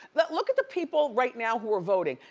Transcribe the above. look at the people right now who are voting.